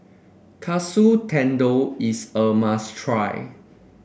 Katsu Tendon is a must try